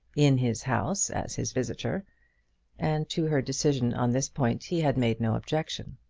in his house, as his visitor and to her decision on this point he had made no objection.